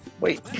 Wait